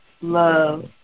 Love